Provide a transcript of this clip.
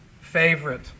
favorite